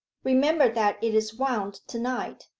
remember that it is wound to-night.